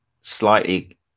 slightly